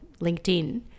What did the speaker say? LinkedIn